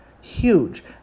huge